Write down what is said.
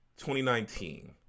2019